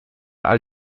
all